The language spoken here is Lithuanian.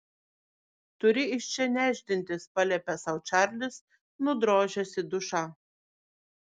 turi iš čia nešdintis paliepė sau čarlis nudrožęs į dušą